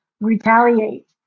retaliate